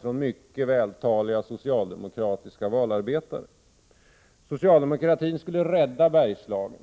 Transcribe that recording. från mycket vältaliga socialdemokratiska valarbetare. Socialdemokratin skulle rädda Bergslagen.